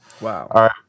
Wow